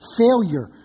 failure